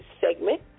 segment